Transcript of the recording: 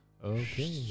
Okay